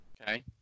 Okay